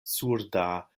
surda